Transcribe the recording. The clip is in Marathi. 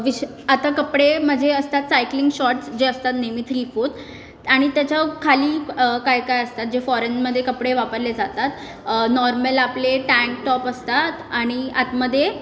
विष आता कपडे माझे असतात सायकलिंग शॉर्ट्स जे असतात नेहमी थ्रीफोर्थ आणि त्याच्या खाली कायकाय असतात जे फॉरेनमध्ये कपडे वापरले जातात नॉर्मल आपले टँक टॉप असतात आणि आतमध्ये